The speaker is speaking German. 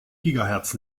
gigahertz